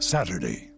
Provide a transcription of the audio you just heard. Saturday